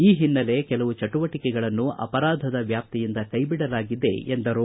ಈ ಹಿನ್ನೆಲೆ ಕೆಲವು ಚಟುವಟಕೆಗಳನ್ನು ಅಪರಾಧದ ವ್ಯಾಪ್ತಿಯಿಂದ ಕೈಬಿಡಲಾಗಿದೆ ಎಂದರು